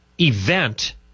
event